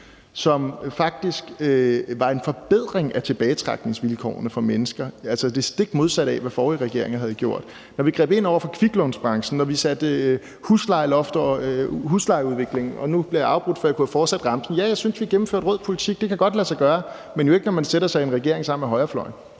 som faktisk var en forbedring af tilbagetrækningsvilkårene for mennesker, altså det stik modsatte af, hvad forrige regeringer havde gjort, når vi greb ind over for kviklånsbranchen, og når vi satte huslejelofter og huslejeudvikling ned – nu bliver jeg afbrudt, for jeg kunne have fortsat remsen – så synes jeg, ja, at vi gennemførte rød politik. Det kan godt lade sig gøre, men jo ikke, når man sætter sig i en regering sammen med højrefløjen.